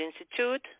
Institute